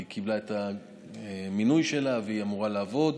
היא קיבלה את המינוי שלה והיא אמורה לעבוד.